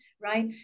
right